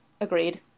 Agreed